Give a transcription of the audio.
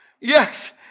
Yes